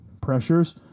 pressures